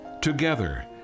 Together